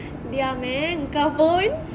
diam eh kau pun